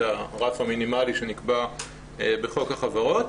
זה הרף המינימלי שנקבע בחוק החברות.